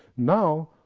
now,